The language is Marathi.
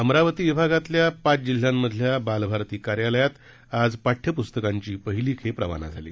अमरावती विभागातल्या पाच जिल्ह्यांमधल्या बालभारती कार्यालयात आज पाठ्यपुस्तकांची पहिली खेप रवाना झाली